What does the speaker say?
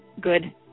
good